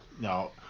no